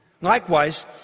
Likewise